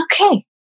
okay